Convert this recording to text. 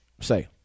say